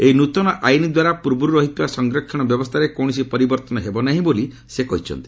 ଏହି ନୃତନ ଆଇନ୍ ଦ୍ୱାରା ପୂର୍ବରୁ ରହିଥିବା ସଂରକ୍ଷଣ ବ୍ୟବସ୍ଥାରେ କୌଣସି ପରିବର୍ତ୍ତନ ହେବ ନାହିଁ ବୋଲି ସେ କହିଛନ୍ତି